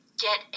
get